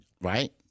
right